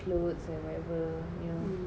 cloths and whatever you know